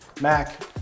Mac